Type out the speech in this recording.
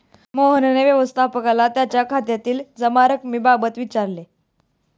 मोहनने व्यवस्थापकाला त्याच्या खात्यातील जमा रक्कमेबाबत विचारले